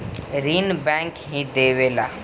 ऋण बैंक ही देवेला